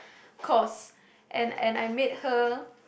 cause and and I meet her